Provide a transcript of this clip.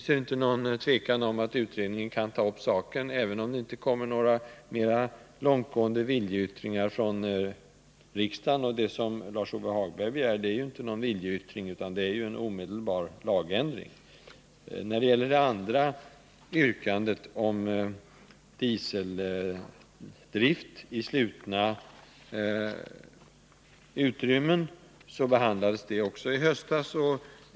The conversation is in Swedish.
Men jag hyser inget tvivel om att utredningen kan ta upp saken, utan mer långtgående viljeyttringar från riksdagen — och Lars-Ove Hagberg begär ju f. ö. inte någon viljeyttring, utan en omedelbar lagändring. Också det andra yrkandet, om förbud mot dieseldrift i slutna utrymmen, behandlades i höstas.